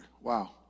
Wow